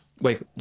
wait